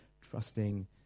trusting